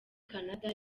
canada